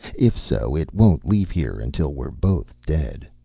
if so, it won't leave here until we're both dead.